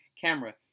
camera